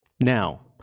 Now